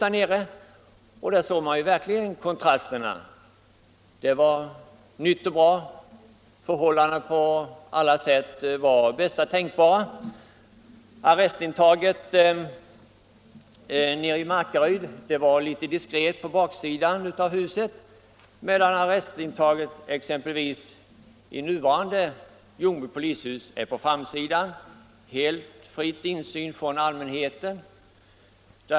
Där såg man verkligen kontrasterna! Det var nytt och bra. Förhållandena var på alla sätt de bästa tänkbara. Arrestintaget i Markaryd låg litet diskret på baksidan av huset medan arrestintaget i Ljungbys nuvarande polishus är placerat på framsidan med helt fri insyn för allmänheten.